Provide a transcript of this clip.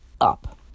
up